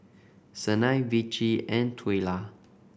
Sanai Vicie and Twyla